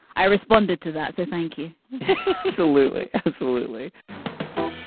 i responded to that so thank you absolutely. absolutely.